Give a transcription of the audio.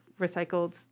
recycled